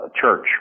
church